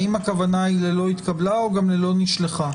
האם הכוונה היא ללא התקבלה או גם ללא נשלחה?